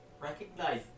Recognize